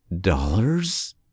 dollars